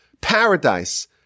paradise